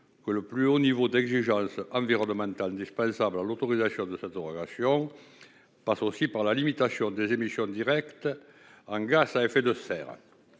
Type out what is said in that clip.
que le plus haut niveau d'exigence environnementale indispensable à l'autorisation de cette dérogation passe aussi par la limitation des émissions directes en gaz à effet de serre.